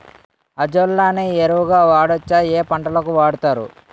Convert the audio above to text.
Azolla ని ఎరువు గా వాడొచ్చా? ఏ పంటలకు వాడతారు?